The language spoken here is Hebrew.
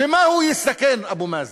במה הוא יסתכן, אבו מאזן?